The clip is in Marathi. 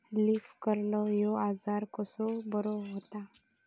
लीफ कर्ल ह्यो आजार कसो बरो व्हता?